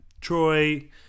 Troy